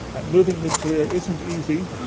moving mid-career isn't easy,